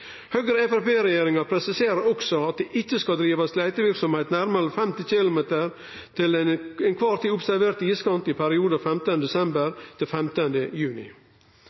Høgre–Framstegsparti-regjeringa presiserer også at det ikkje skal drivast leiteverksemd nærare enn 50 km frå den til kvar tid observerte iskant i perioden 15. desember til 15. juni.